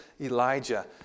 Elijah